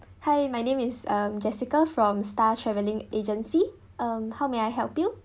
hi my name is um jessica from star travelling agency um how may I help you